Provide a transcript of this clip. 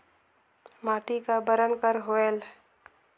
माटी का बरन कर होयल?